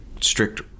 strict